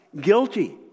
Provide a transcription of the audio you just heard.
guilty